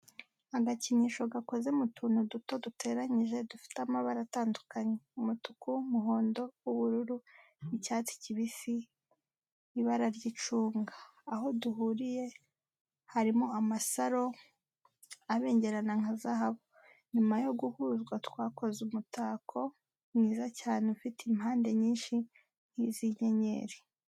Agakinisho gakoze mu tuntu duto duteranyije dufite amabara atandukanye umutuku, umuhondo, ubururu, icyatsi kibisi, ibarara ry'icunga. Aho duhuriye harimo amasaro abengerana nka zahabu, nyuma yo guhuzwa twakoze umutako mwiza cyane ufite impande nyinshi nk'izi' inyenyeri.